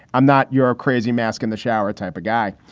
i'm not your crazy mask in the shower type of guy,